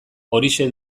horixe